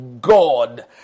God